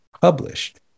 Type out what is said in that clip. published